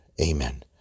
Amen